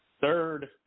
third